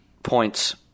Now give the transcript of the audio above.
Points